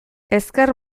ezker